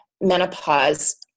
menopause